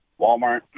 Walmart